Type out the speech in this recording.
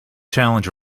challenge